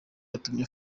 yatumye